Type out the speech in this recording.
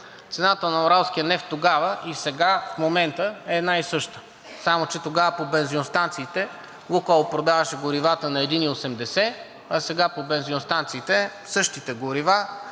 цената на нефт „Уралс“ тогава и сега в момента е една и съща, само че тогава по бензиностанциите „Лукойл“ продаваше горивата на 1,80, а сега по бензиностанциите същите горива,